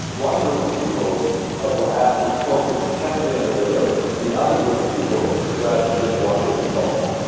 one group of people ah were asked to focus intensely on the video, and the other group of people were asked to just watch it as normal.